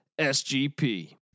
SGP